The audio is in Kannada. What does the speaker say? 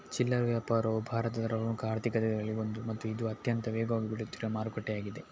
ಚಿಲ್ಲರೆ ವ್ಯಾಪಾರವು ಭಾರತದ ಪ್ರಮುಖ ಆರ್ಥಿಕತೆಗಳಲ್ಲಿ ಒಂದು ಮತ್ತು ಇದು ಅತ್ಯಂತ ವೇಗವಾಗಿ ಬೆಳೆಯುತ್ತಿರುವ ಮಾರುಕಟ್ಟೆಯಾಗಿದೆ